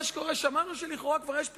מה שקורה, שמענו שלכאורה כבר יש פתרון,